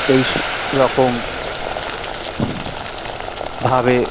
এই রকম ভাবে